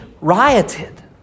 rioted